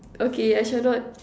okay I shall not